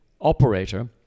operator